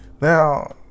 Now